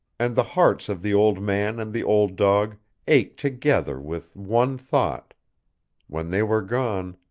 and the hearts of the old man and the old dog ached together with one thought when they were gone,